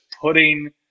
putting